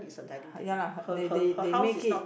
ya lah her they they they make it